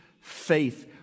faith